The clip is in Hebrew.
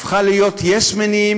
הפכה להיות יס-מנים,